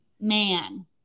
man